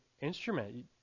instrument